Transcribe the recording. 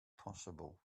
possible